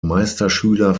meisterschüler